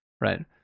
right